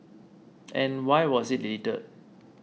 and why was it deleted